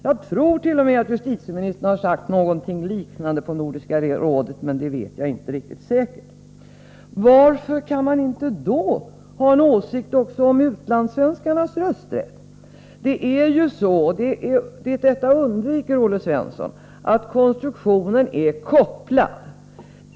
Jag tror t.o.m. att justitieministern har sagt någonting liknande i Nordiska rådet, men det vet jag inte riktigt säkert. Varför kan man då inte ha en åsikt också om utlandssvenskarnas rösträtt? Detta undviker Olle Svensson, men det är ju så att konstruktionen är kopplad.